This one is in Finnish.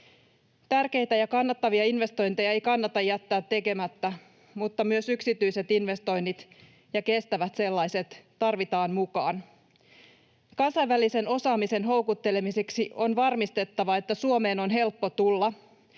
Tärkeitä ja kannattavia investointeja ei kannata jättää tekemättä, mutta myös yksityiset investoinnit ja kestävät sellaiset tarvitaan mukaan. Kansainvälisen osaamisen houkuttelemiseksi on varmistettava, että Suomeen on helppo tulla,